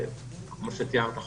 כמו שתיארת,